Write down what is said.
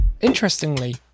Interestingly